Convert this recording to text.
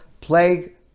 plague